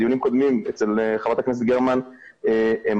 בדיונים קודמים אצל ח"כ הם היו,